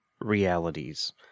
realities